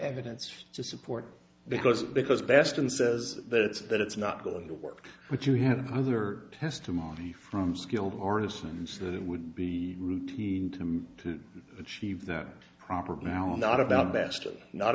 evidence to support because because best and says that it's that it's not going to work but you have other testimony from skilled harness and that it would be routine to achieve that proper balance not about best not